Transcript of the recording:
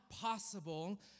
possible